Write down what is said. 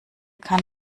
kann